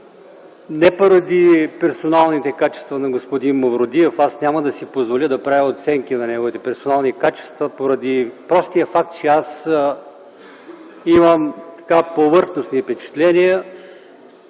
не поради персоналните качества на господин Мавродиев. Няма да си позволя да правя оценки на неговите персонални качества поради простия факт, че аз имам повърхностни впечатления.